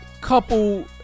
couple